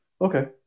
Okay